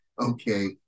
okay